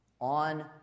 on